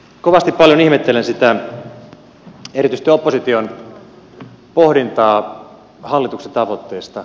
kovasti paljon ihmettelen erityisesti opposition pohdintaa hallituksen tavoitteista